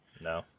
No